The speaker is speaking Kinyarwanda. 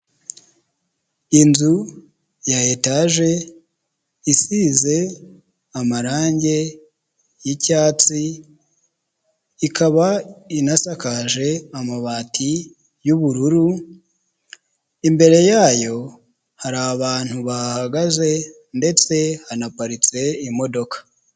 Inzu ya etage isize amarangi y'icyatsi ikaba inasakaje amabati yubururu, imbere yayo hari abantu bahagaze ndetse hanaparitse imodoka.